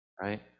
right